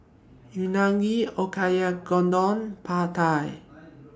Unagi Oyakodon Pad Thai